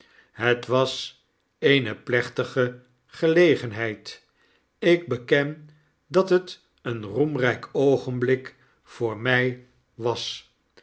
het was eene plechtige gelegenheid ik beken dat het een roemryk oogenblik voor my was